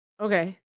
Okay